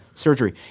Surgery